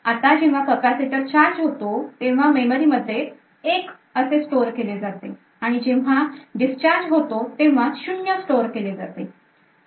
आता जेव्हा capacitor charge होतो तेव्हा मेमरी मध्ये एक स्टोअर केले जाते आणि जेव्हा discharge होतो तेव्हा 0 स्टोअर केले जाते